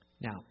Now